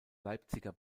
leipziger